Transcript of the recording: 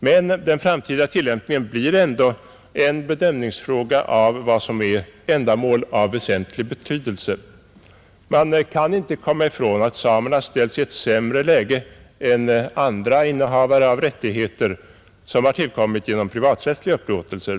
Men den framtida tillämpningen blir ändå en bedömningsfråga av vad som är ”ändamål av väsentlig betydelse”. Man kan inte komma ifrån att samerna ställs i ett sämre läge än andra innehavare av rättigheter som tillkommit genom privaträttsliga upplåtelser.